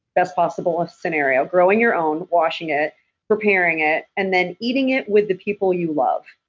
best possible ah scenario. growing your own, washing it preparing it, and then eating it with the people you love,